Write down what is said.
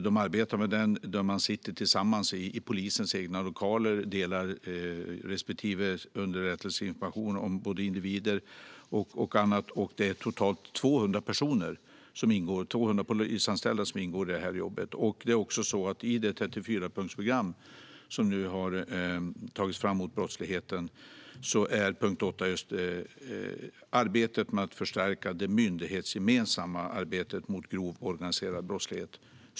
De arbetar med den, och de sitter tillsammans i polisens egna lokaler och delar underrättelseinformation om individer och annat. Det är totalt 200 polisanställda som ingår i jobbet. I det 34-punktsprogram mot brottsligheten som nu tagits fram är punkt 8 just arbete med att förstärka det myndighetsgemensamma arbetet mot grov organiserad brottslighet.